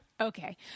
Okay